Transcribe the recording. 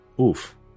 Oof